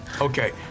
Okay